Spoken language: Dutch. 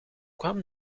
kwam